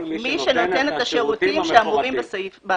כל מי שנותן את השירותים המפורטים בסעיף.